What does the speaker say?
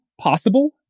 possible